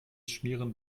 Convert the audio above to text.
schmieren